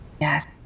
Yes